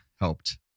helped